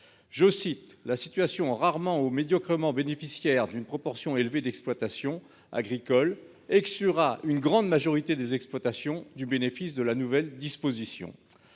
que « la situation rarement ou médiocrement bénéficiaire d'une proportion élevée d'exploitations agricoles exclura une grande majorité des exploitations du bénéfice de la nouvelle disposition ».